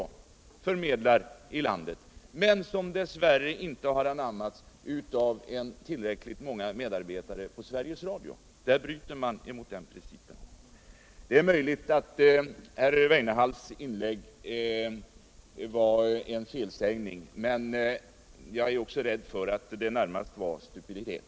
förmedlar i landet men som dess värre inte anammats av ullräckhet många medarbetare på Sveriges Radio. Där bryter man mot den principen. Det är möjligt att herr Weinehalls uttalande var en felsägning, men jag är rädd för att det närmast berodde på stupiditet.